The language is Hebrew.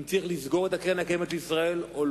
התווכחו אם צריך לסגור את קרן קיימת או לא,